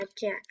Jack